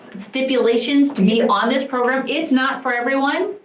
stipulations to be on this program. it's not for everyone,